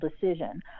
decision